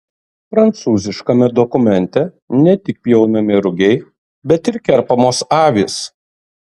prancūziškame dokumente ne tik pjaunami rugiai bet ir kerpamos avys